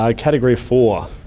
um category four.